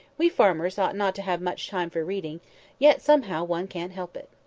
we farmers ought not to have much time for reading yet somehow one can't help it.